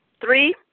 three